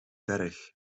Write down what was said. berg